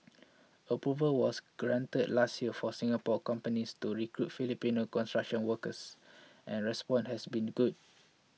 approval was granted last year for Singapore companies to recruit Filipino construction workers and response has been good